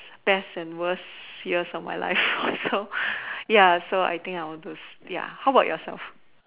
best and worst years of my life so ya so I think I would choose ya how about yourself